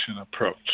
Approach